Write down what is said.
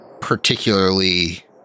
particularly